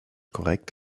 korrekt